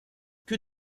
que